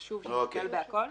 חשוב לטפל בכול.